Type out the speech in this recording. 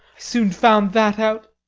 soon found that out.